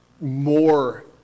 more